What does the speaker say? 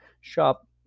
Shop